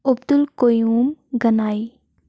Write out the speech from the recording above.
Abdul Qayoom Ganai